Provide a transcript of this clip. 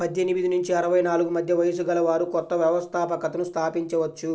పద్దెనిమిది నుంచి అరవై నాలుగు మధ్య వయస్సు గలవారు కొత్త వ్యవస్థాపకతను స్థాపించవచ్చు